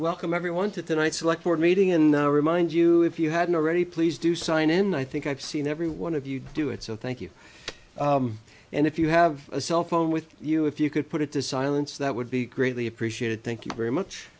welcome everyone to tonight's like we're meeting in the remind you if you hadn't already please do sign in i think i've seen every one of you do it so thank you and if you have a cell phone with you if you could put it to silence that would be greatly appreciated thank you very much